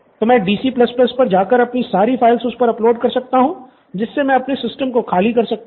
तो मैं DC पर जा कर अपनी सारी फ़ाइल उस पर अपलोड कर कर सकता हूँ जिससे मैं अपने सिस्टम को खाली कर सकता हूँ